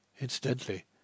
Incidentally